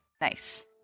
Nice